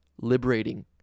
liberating